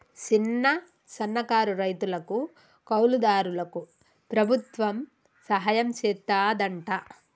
సిన్న, సన్నకారు రైతులకు, కౌలు దారులకు ప్రభుత్వం సహాయం సెత్తాదంట